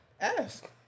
ask